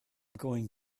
going